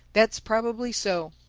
that's probably so.